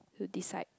to decide